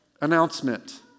announcement